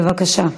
בבקשה.